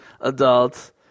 adult